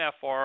FR